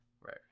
Right